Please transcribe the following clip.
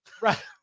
Right